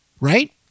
right